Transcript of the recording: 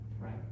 right